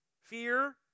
fear